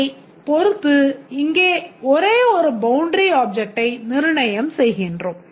அதை பொருத்து இங்கு ஒரே ஒரு பவுண்டரி ஆப்ஜெக்ட்டை நிர்ணயம் செய்கிறோம்